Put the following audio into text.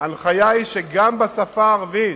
ההנחיה היא שגם בשפה הערבית,